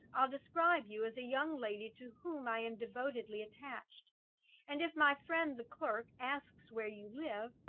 i'll describe you as a young lady to whom i am devotedly attached and if my friend the clerk asks where you live,